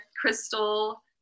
crystal